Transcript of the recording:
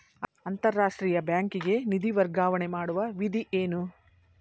ಅಂತಾರಾಷ್ಟ್ರೀಯ ಬ್ಯಾಂಕಿಗೆ ನಿಧಿ ವರ್ಗಾವಣೆ ಮಾಡುವ ವಿಧಿ ಏನು?